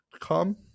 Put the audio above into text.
come